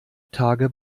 tage